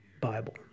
Bible